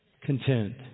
Content